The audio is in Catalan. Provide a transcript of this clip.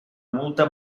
multa